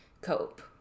cope